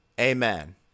Amen